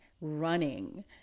running